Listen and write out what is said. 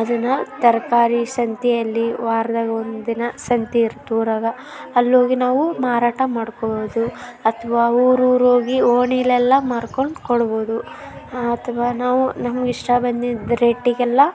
ಅದನ್ನು ತರಕಾರಿ ಸಂತೆಯಲ್ಲಿ ವಾರ್ದಾಗ ಒಂದುದಿನ ಸಂತೆ ಇರುತ್ತೆ ಊರಲ್ಲಿ ಅಲ್ಲೋಗಿ ನಾವು ಮಾರಾಟ ಮಾಡ್ಕೊಬೋದು ಅಥ್ವಾ ಊರೂರೋಗಿ ಓಣೀಲೆಲ್ಲ ಮಾರ್ಕೊಂಡು ಕೊಡ್ಬೋದು ಅಥ್ವಾ ನಾವು ನಮಗಿಷ್ಟ ಬಂದಿದ್ದು ರೇಟಿಗೆಲ್ಲ